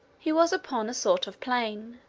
he was upon a sort of plain,